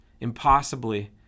Impossibly